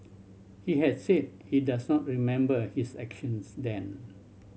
he had said he does not remember his actions then